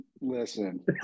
Listen